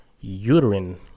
uterine